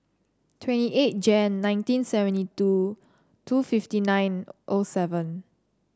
twenty eight Jan nineteen seventy two two fifty nine O seven